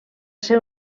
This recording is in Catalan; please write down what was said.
ser